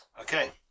Okay